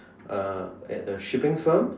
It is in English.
uh at a shipping firm